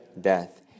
Death